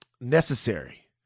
necessary